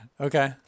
Okay